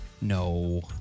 No